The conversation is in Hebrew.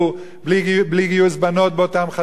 בלי גיוס בנות באותן חטיבות,